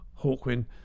Hawkwind